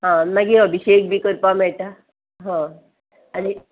आं मागीर अभिशेक बी करपा मेयटा हय आनी